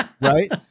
right